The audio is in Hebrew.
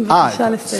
בבקשה לסיים.